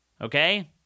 Okay